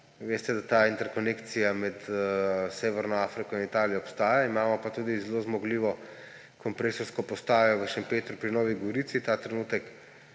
veste, da ta interkonekcija med severno Afriko in Italijo obstaja. Imamo pa tudi zelo zmogljivo kompresorsko postajo v Šempetru pri Novi Gorici. Ta trenutek